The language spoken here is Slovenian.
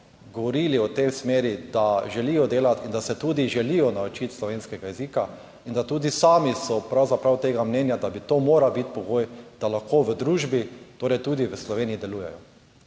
govorili v tej smeri, da želijo delati in da se tudi želijo naučiti slovenskega jezika. In da tudi sami so pravzaprav tega mnenja, da to moral biti pogoj, da lahko v družbi, torej tudi v Sloveniji, delujejo.